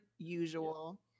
usual